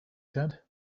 said